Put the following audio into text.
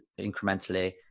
incrementally